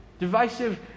divisive